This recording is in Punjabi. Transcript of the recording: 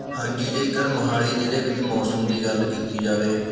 ਹਾਂਜੀ ਜੇਕਰ ਮੋਹਾਲੀ ਜ਼ਿਲ੍ਹੇ ਵਿੱਚ ਮੌਸਮ ਦੀ ਗੱਲ ਕੀਤੀ ਜਾਵੇ